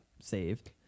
saved